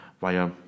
via